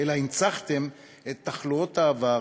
אלא הנצחתם את תחלואי העבר